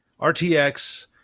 RTX